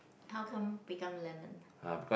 how come become lemon